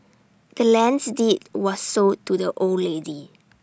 the land's deed was sold to the old lady